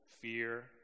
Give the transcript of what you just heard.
Fear